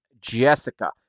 Jessica